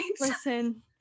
listen